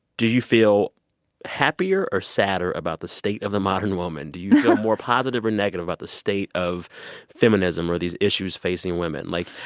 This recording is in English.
do you feel happier or sadder about the state of the modern woman? do you feel more positive or negative about the state of feminism or these issues facing women? like,